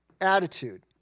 attitude